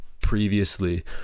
previously